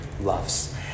loves